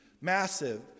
massive